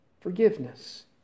Forgiveness